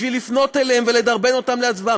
בשביל לפנות אליהם ולדרבן אותם להצבעה.